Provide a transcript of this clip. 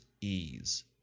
ease